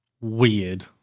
weird